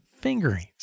fingerings